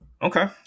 Okay